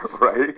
Right